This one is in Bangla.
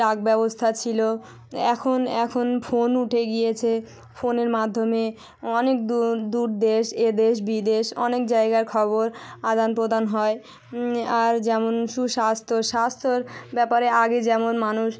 ডাকব্যবস্থা ছিলো তো এখন এখন ফোন উঠে গিয়েছে ফোনের মাধ্যমে অনেক দূর দূর দেশ এদেশ বিদেশ অনেক জায়গার খবর আদান প্রদান হয় আর যেমন সুস্বাস্ত্য স্বাস্থ্যর ব্যাপারে আগে যেমন মানুষ